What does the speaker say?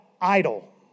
idle